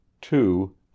two